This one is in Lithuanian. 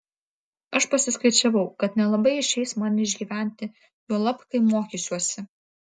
aš pasiskaičiavau kad nelabai išeis man išgyventi juolab kai mokysiuosi